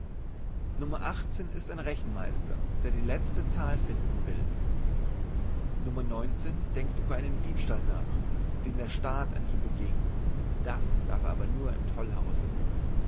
nro ist ein rechenmeister der die lezte zahl finden will nro denkt über einen diebstahl nach den der staat an ihm beging das darf er aber nur im